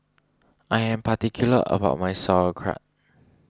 I am particular about my Sauerkraut